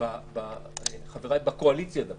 בקואליציה דווקא: